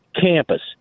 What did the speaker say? campus